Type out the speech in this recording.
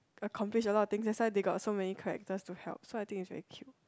accomplish a lot of things that's why got so many characters to help so I think it's very cute